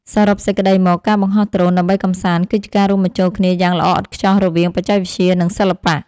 សរុបសេចក្ដីមក ការបង្ហោះដ្រូនដើម្បីកម្សាន្តគឺជាការរួមបញ្ចូលគ្នាយ៉ាងល្អឥតខ្ចោះរវាង បច្ចេកវិទ្យា និងសិល្បៈ។